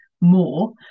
more